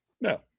No